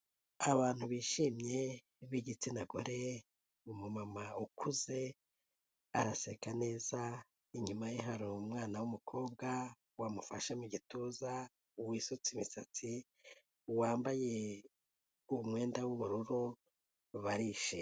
Abantu bishimye b'igitsina gore, umumama ukuze, araseka neza, inyuma ye hari umwana w'umukobwa wamufashe mu gituza, wisutse imisatsi, wambaye umwenda w'ubururu, barishimye.